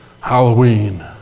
Halloween